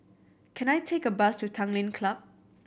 can I take a bus to Tanglin Club